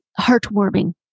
heartwarming